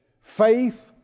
faith